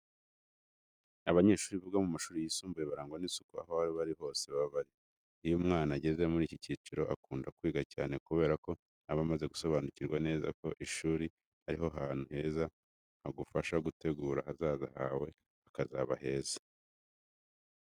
Abanyeshuri biga mu mashuri yisumbuye barangwa n'isuku aho ari ho hose baba bari. Iyo umwana ageze muri iki cyiciro akunda kwiga cyane kubera ko aba amaze gusobanukirwa neza ko ishuri ari ho hantu heza hagufasha gutegura ahazaza hawe hakazaba heza.